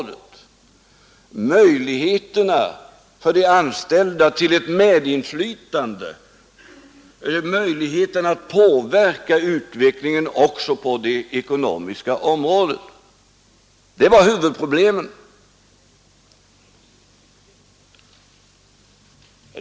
Det gäller möjligheterna för de anställda till ett medinflytande, möjligheterna att påverka utvecklingen också på det ekonomiska området. Det är huvudproblemen.